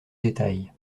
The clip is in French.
détails